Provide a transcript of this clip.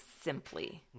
simply